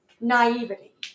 naivety